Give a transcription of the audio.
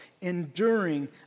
enduring